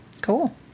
Cool